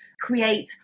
create